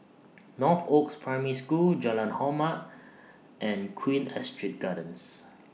Northoaks Primary School Jalan Hormat and Queen Astrid Gardens